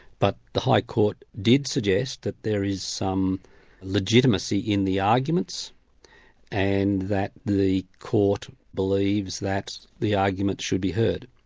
but the high court did suggest that there is some legitimacy in the arguments and that the court believes that the arguments should be heard.